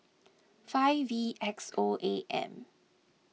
five V X O A M